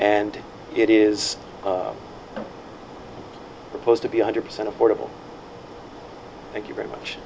and it is supposed to be a hundred percent affordable thank you very much